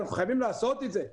אנחנו חייבים לעשות את זה,